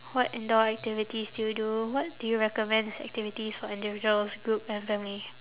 what indoor activities do you do what do you recommend as activities for individuals group and family